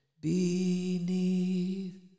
beneath